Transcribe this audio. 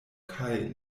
kaj